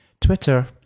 Twitter